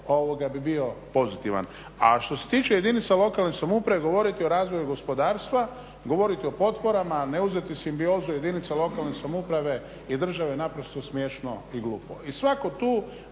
bi bio pozitivan. A što s tiče jedinica lokalne samouprave govoriti o razvoju gospodarstva, govoriti o potporama a ne uzeti simbiozu jedinica lokalne samouprave i države je naprosto smiješno i glupo.